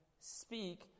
speak